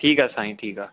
ठीकु आहे साईं ठीकु आहे